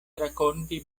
rakonti